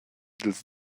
dils